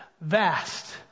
Vast